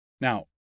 Now